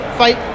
fight